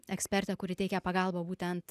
ekspertę kuri teikia pagalbą būtent